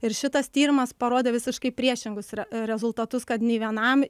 ir šitas tyrimas parodė visiškai priešingus re rezultatus kad nei vienam